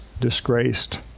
disgraced